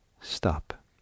stop